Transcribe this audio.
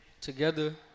together